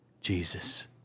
Jesus